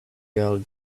girl